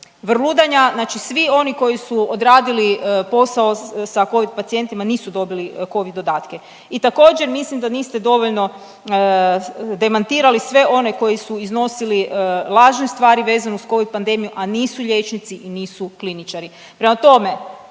vrludanja. Znači svi oni koji su odradili posao sa Covid pacijentima nisu dobili Covid dodatke. I također mislim da niste dovoljno demantirali sve one koji su iznosili lažne stvari vezano uz Covid pandemiju, a nisu liječnici i nisu kliničari. Prema tome,